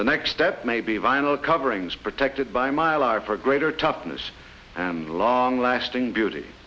the next step may be vinyl coverings protected by mylar for greater toughness and long lasting beauty